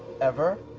ever?